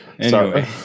Sorry